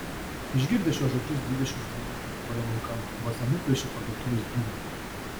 išgirdę šiuos žodžius dvidešimt žmonių tuoj puolė laukan vos nenuplėšė parduotuvės durų